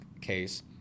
case